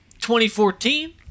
2014